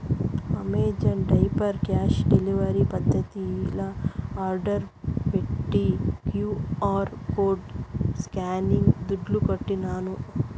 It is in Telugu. అమెజాన్ డైపర్ క్యాష్ డెలివరీ పద్దతిల ఆర్డర్ పెట్టి క్యూ.ఆర్ కోడ్ స్కానింగ్ల దుడ్లుకట్టినాను